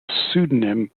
pseudonym